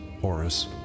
Horus